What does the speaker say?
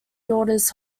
daughters